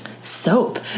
soap